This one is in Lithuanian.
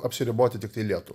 apsiriboti tiktai lietuva